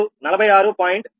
76